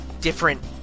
different